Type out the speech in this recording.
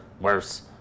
worse